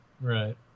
right